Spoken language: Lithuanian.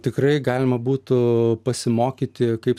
tikrai galima būtų pasimokyti kaip